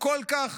כל כך